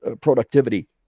productivity